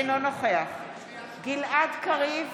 אינו נוכח גלעד קריב,